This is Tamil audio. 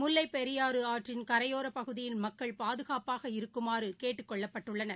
முல்லைபெரியாறுஆற்றின் கரையோரபகுதியின் மக்கள் பாதுகாப்பாக இருக்குமாறகேட்டுக் கொண்டுள்ளனர்